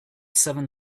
seven